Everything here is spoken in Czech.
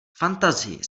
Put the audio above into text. fantazii